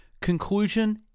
Conclusion